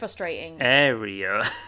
area